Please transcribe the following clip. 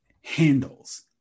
handles